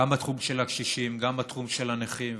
גם בתחום של הקשישים וגם בתחום של הנכים,